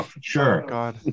sure